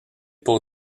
pour